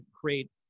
create